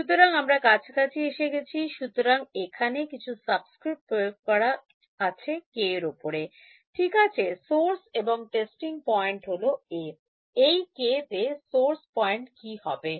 সুতরাং আমরা কাছাকাছি এসে গেছি সুতরাং এখানে কিছু সাবস্ক্রিপ্ট প্রয়োগ করা যাক K এর উপরে ঠিক আছে Source এবং Testing K point হল A এই K তে Source Point কি হবে